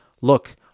Look